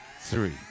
Three